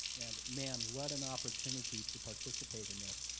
and man, what an opportunity to participate in this.